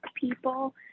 people